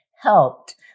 helped